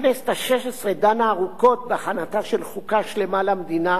הכנסת השש-עשרה דנה ארוכות בהכנתה של חוקה שלמה למדינה,